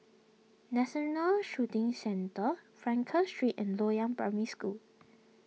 National Shooting Centre Frankel Street and Loyang Primary School